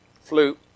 flute